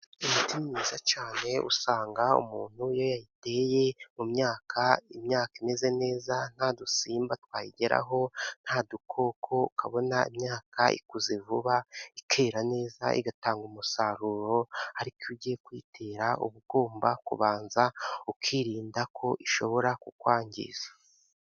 Imiti ni myiza cyane, usanga umuntu iyo yayiteye mu myaka, imyaka imeze neza, nta dusimba twayigeraho, nta dukoko, ukabona imyaka ikuze vuba, ikera neza, igatanga umusaruro, ariko iyo ugiye kuyitera, uba ugomba kubanza ukirinda ko ishobora kukwangiza.